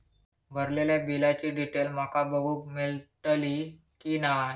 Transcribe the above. भरलेल्या बिलाची डिटेल माका बघूक मेलटली की नाय?